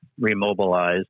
remobilized